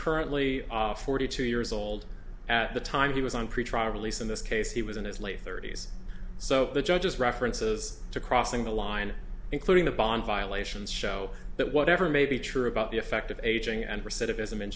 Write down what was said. currently forty two years old at the time he was on pretrial release in this case he was in his late thirty's so the judge is references to crossing the line including the bond violations show that whatever may be true about the effect of aging